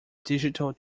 digital